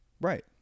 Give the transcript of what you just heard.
Right